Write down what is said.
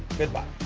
goodbye